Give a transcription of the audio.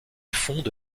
fonde